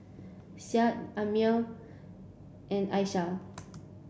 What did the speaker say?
Syah Ammir and Aisyah